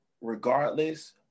regardless